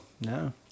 No